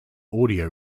audio